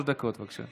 שלוש דקות, בבקשה.